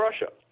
Russia